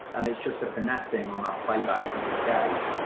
and it's just a fi nessing on a playback you just gave,